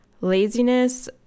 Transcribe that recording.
Laziness